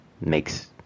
makes